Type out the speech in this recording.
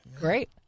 great